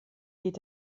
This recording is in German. geht